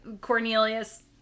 Cornelius